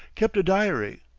kept a diary,